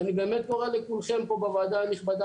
ואני באמת קורא לכולכם פה בוועדה הנכבדה